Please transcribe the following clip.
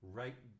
right